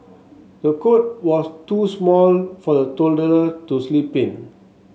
the cot was too small for the toddler to sleep in